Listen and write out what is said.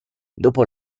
dopo